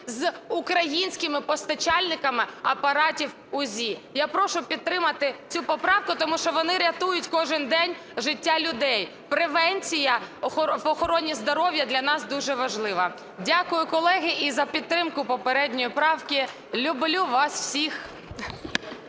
з українськими постачальниками апаратів УЗІ. Я прошу підтримати цю поправку, тому що вони рятують кожний день життя людей. Превенція в охороні здоров'я для нас дуже важлива. Дякую, колеги, і за підтримку попередньої правки. Люблю вас всіх.